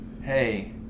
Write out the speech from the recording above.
Hey